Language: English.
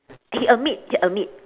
he admit he admit